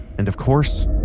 and of course,